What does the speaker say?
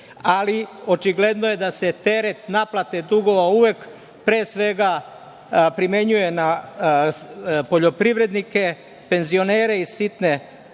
dugove? Očigledno je da se teret naplate dugova uvek pre svega primenjuje na poljoprivrednike, penzionere i sitne